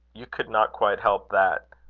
you could not quite help that.